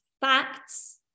facts